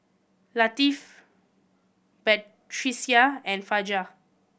Latif Batrisya and Fajar